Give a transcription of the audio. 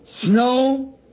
snow